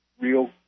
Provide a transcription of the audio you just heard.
real